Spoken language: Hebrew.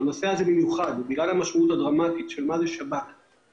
בגלל המשמעות הדרמטית של השימוש בשב"כ,